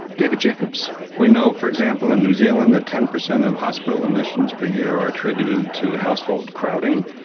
david jacobs we know, for example, in new zealand that ten percent of hospital admissions per year are attributed to household crowding.